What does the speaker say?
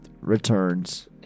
Returns